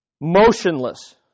Motionless